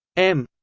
m.